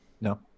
No